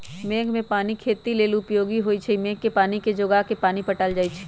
मेघ कें पानी खेती लेल उपयोगी होइ छइ मेघ के पानी के जोगा के पानि पटायल जाइ छइ